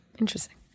Interesting